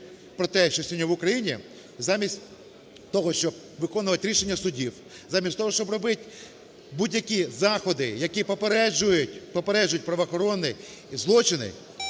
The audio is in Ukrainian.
про те, що сьогодні в Україні замість того, щоб виконувати рішення судів, замість того, щоб робити будь-які заходи, які попереджують – попереджують!